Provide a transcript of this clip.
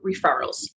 referrals